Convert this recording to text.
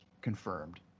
confirmed